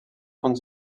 fonts